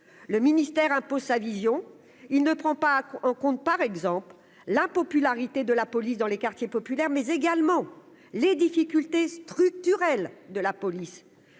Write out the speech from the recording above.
le ministère impose sa vision, il ne prend pas en compte, par exemple, la popularité de la police dans les quartiers populaires, mais également les difficultés structurelles de la police,